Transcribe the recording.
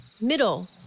Middle